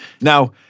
Now